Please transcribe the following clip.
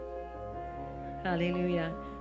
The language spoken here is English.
Hallelujah